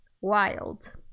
Wild